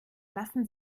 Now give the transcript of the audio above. lassen